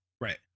Right